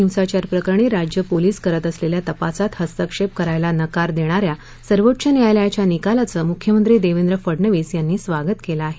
कोरेगाव भीमा हिंसाचार प्रकरणी राज्य पोलीस करत असलेल्या तपासात हस्तक्षेप करायला नकार देणा या सर्वोच्च न्यायालयाच्या निकालाचे मुख्यमंत्री देवेन्द्र फडणवीस यांनी स्वागत केलं आहे